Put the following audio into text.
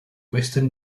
western